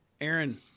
Aaron